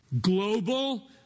global